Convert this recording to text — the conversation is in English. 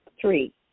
three